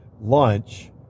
lunch